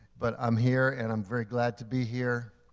but i'm here, and i'm very glad to be here.